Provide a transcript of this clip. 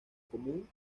común